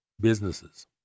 businesses